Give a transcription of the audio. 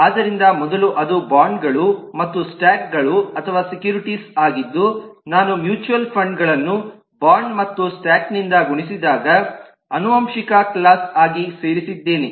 ಆದ್ದರಿಂದ ಮೊದಲು ಅದು ಬೊಂಡ್ ಗಳು ಮತ್ತು ಸ್ಟಾಕ್ ಗಳು ಅಥವಾ ಸೆಕ್ಯುರಿಟೀಸ್ ಆಗಿದ್ದು ನಾನು ಮ್ಯೂಚುವಲ್ ಫಂಡ್ ಗಳನ್ನು ಬೊಂಡ್ ಮತ್ತು ಸ್ಟಾಕ್ ನಿಂದ ಗುಣಿಸಿದಾಗ ಆನುವಂಶಿಕ ಕ್ಲಾಸ್ ಆಗಿ ಸೇರಿಸಿದ್ದೇನೆ